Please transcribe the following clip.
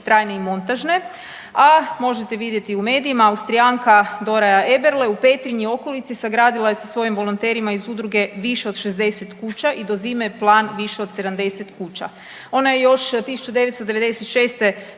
trajne i montažne, a možete vidjeti u medijima Austrijanka Dora Eberle u Petrinji i okolici sagradila je sa svojim volonterima iz udruge više od 60 kuća i do zime je plan više od 70 kuća. Ona je još 1996.